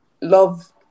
love